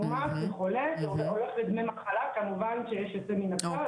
מאומת זה חולה וזה כבר הולך לדמי המחלה וכמובן שיש יוצאים מן הכלל.